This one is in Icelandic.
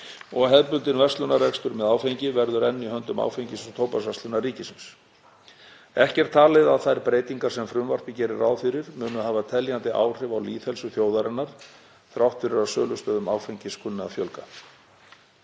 og hefðbundinn verslunarrekstur með áfengi verður enn í höndum Áfengis- og tóbaksverslunar ríkisins. Ekki er talið að þær breytingar sem frumvarpið gerir ráð fyrir muni hafa teljandi áhrif á lýðheilsu þjóðarinnar þrátt fyrir að sölustöðum áfengis kunni að fjölga.